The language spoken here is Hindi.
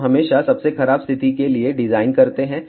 हम हमेशा सबसे खराब स्थिति के लिए डिजाइन करते हैं